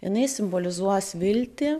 jinai simbolizuos viltį